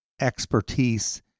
expertise